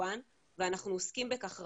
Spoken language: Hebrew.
ואנחנו עוסקים בכך רבות,